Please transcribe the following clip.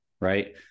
right